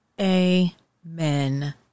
Amen